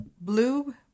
blue